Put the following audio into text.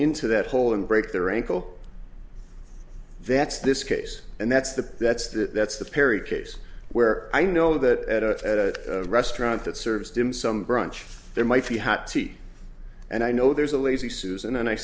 into that hole and break their ankle that's this case and that's the that's the that's the perry case where i know that at a restaurant that serves dim sum brunch there might be hot tea and i know there's a lazy susan and i